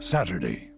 Saturday